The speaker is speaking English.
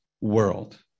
world